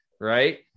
right